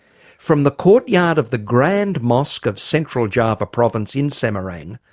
from the courtyard of the grand mosque of central java province in semerang,